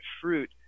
fruit